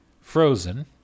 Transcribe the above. Frozen